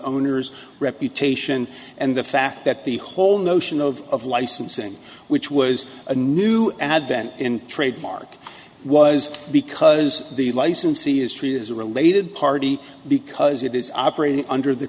owners reputation and the fact that the whole notion of licensing which was a new advent in trademark was because the licensee is treated as a related party because it is operating under the